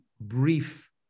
brief